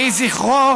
יהיו זכרו,